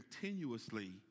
continuously